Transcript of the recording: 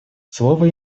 слово